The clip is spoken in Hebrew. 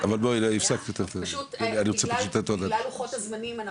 פשוט בגלל לוחות הזמנים,